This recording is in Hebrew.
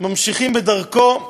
ממשיכים בדרכו,